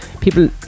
People